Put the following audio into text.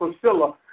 Priscilla